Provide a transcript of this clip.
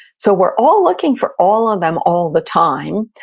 so we're all looking for all of them all the time,